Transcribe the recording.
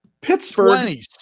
Pittsburgh